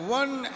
one